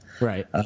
Right